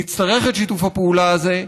נצטרך את שיתוף הפעולה הזה,